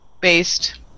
based